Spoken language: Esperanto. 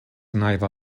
naiva